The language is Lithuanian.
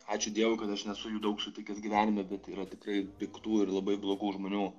ačiū dievui kad aš nesu jų daug sutikęs gyvenime bet yra tikrai piktų ir labai blogų žmonių